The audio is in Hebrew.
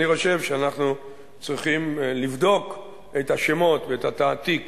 חושב שאנחנו צריכים לבדוק את השמות ואת התעתיק